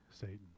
Satan